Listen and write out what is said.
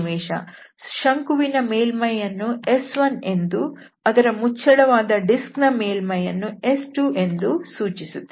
ಶಂಕುವಿನ ಮೇಲ್ಮೈಯನ್ನು S1 ಎಂದೂ ಅದರ ಮುಚ್ಚಳವಾದ ಡಿಸ್ಕ್ ನ ಮೇಲ್ಮೈಯನ್ನು S2ಎಂದೂ ಸೂಚಿಸುತ್ತೇವೆ